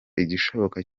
igishoboka